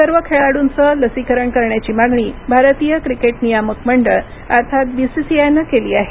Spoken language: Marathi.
सर्व खेळाडूंचं लसीकरण करण्याची मागणी भारतीय क्रिकेट नियामक मंडळ अर्थात बीसीसीआयनं केली आहे